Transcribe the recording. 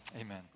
amen